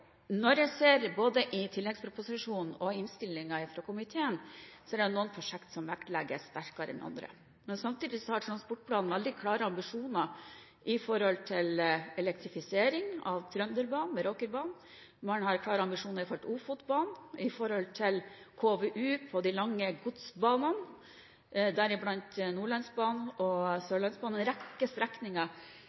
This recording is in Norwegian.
Når jeg ser i både tilleggsproposisjonen og innstillingen fra komiteen, er det noen prosjekter som vektlegges sterkere enn andre. Samtidig har transportplanen veldig klare ambisjoner når det gjelder elektrifisering av Trønderbanen og Meråkerbanen. Man har klare ambisjoner når det gjelder Ofotbanen og KVU når det gjelder de lange godsbanene, deriblant Nordlandsbanen og Sørlandsbanen – en rekke strekninger.